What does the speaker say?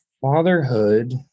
Fatherhood